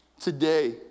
today